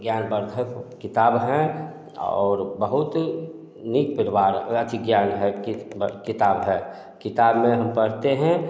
ज्ञानवर्धक किताब हैं और बहुत नीक परिवार अथि ज्ञान है कि किताब है किताब में हम पढ़ते हैं